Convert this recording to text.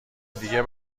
دیگه